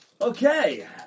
Okay